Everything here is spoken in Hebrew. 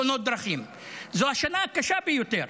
זו השנה הקשה ביותר,